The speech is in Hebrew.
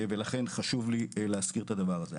לכן חשוב לי להזכיר את הדבר הזה.